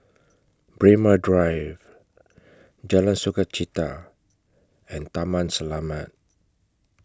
Braemar Drive Jalan Sukachita and Taman Selamat